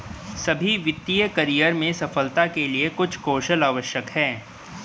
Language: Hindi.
सभी वित्तीय करियर में सफलता के लिए कुछ कौशल आवश्यक हैं